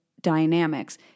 dynamics